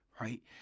right